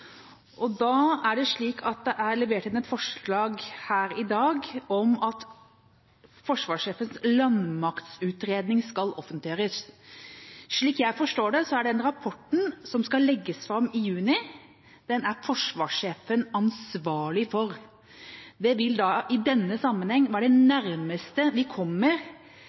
langtidsplanen. Da er det slik at det er levert inn et forslag her i dag om at forsvarssjefens landmaktutredning skal offentliggjøres. Slik jeg forstår det, er forsvarssjefen ansvarlig for den rapporten som skal legges fram i juni. Det vil da i denne sammenheng være det nærmeste vi kommer